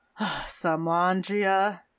Samandria